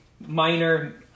minor